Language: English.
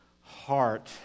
heart